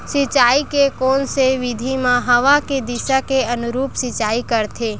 सिंचाई के कोन से विधि म हवा के दिशा के अनुरूप सिंचाई करथे?